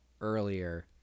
earlier